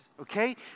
okay